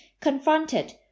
confronted